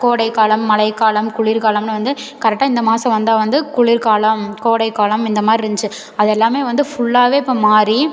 கோடைக்காலம் மழைக்காலம் குளிர்காலம்னு வந்து கரெக்டாக இந்த மாசம் வந்தால் வந்து குளிர்காலம் கோடைக்காலம் இந்த மாதிரி இருந்துச்சு அதெல்லாமே வந்து ஃபுல்லாவே இப்போ மாறி